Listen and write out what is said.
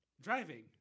driving